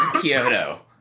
kyoto